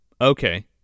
Okay